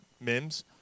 Mims